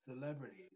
celebrities